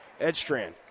Edstrand